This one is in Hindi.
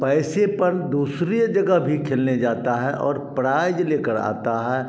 पैसे पर दूसरे जगह भी खेलने जाता है और प्राइज लेकर आता है